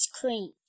cream